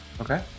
Okay